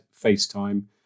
FaceTime